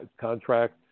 contract